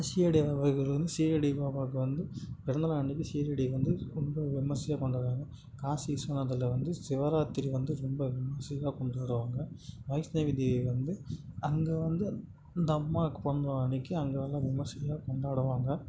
ஷீரடி பாபா கோவிலில் வந்து ஷீரடி பாபாவுக்கு வந்து பிறந்த நாள் வந்து ஷீரடி வந்து ரொம்ப விமரிசையா கொண்டாடுவாங்க காசி விஸ்வநாதரில் வந்து சிவராத்திரி வந்து ரொம்ப விமரிசையா கொண்டாடுவாங்க வைஷ்ணவி தேவி வந்து அங்கே வந்து அந்த அம்மாவுக்கு பிறந்த நாள் அன்றைக்கி அங்கே நல்லா விமரிசையா கொண்டாடுவாங்க